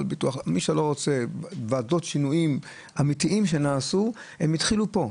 שינויים אמיתיים שנעשו התחילו פה.